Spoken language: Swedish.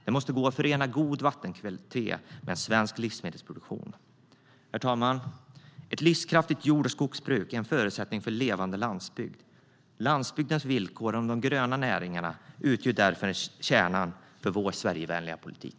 Det måste gå att förena god vattenkvalitet med en svensk livsmedelsproduktion. Herr talman! Ett livskraftigt jord och skogsbruk är en förutsättning för en levande landsbygd. Landsbygdens villkor och de gröna näringarna utgör därför kärnan i vår Sverigevänliga politik.